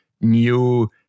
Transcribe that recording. new